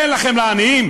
אין לכם לעניים?